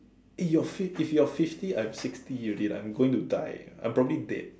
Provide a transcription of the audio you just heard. eh you're fif~ if you're fifty I am sixty already I am going to die I am probably dead